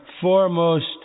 foremost